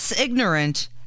ignorant